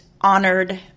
honored